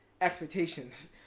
expectations